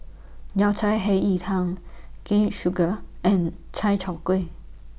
Yao Cai Hei Yi Tang Sugar Cane Juice and Chai Tow Kuay